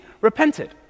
repented